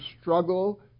struggle